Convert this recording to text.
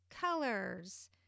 colors